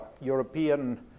European